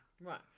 Right